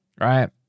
Right